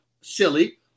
silly